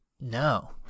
No